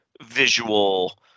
visual